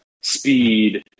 speed